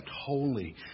holy